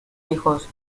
hijos